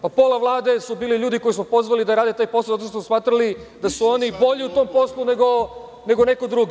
Pola Vlade su bili ljudi koje smo pozvali da rade taj posao zato što smo smatrali da su oni bolji u tom poslu nego neko drugi.